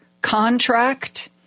contract